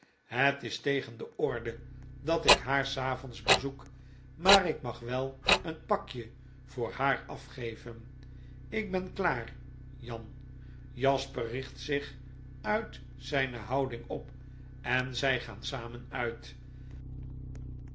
het is tegen de orde dat ik haar s avonds bezoek maar ik mag wel een pakje voor haar afgeven ik ben klaar jan jasper richt zich uit zpe houding op en zy gaan samen uit